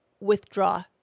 withdraw